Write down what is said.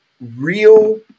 real